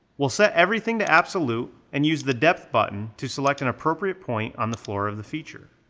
we'll set everything to absolute and use the depth button to select an appropriate point on the floor of the feature.